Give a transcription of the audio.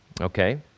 Okay